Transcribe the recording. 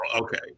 okay